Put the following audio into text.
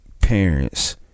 Parents